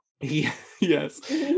Yes